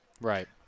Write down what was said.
Right